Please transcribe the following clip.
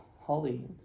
Holly